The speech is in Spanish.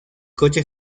coche